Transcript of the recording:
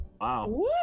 Wow